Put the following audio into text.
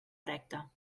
recta